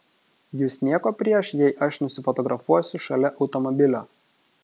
jus nieko prieš jei aš nusifotografuosiu šalia automobilio